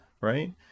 right